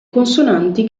consonanti